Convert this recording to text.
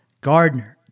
Gardner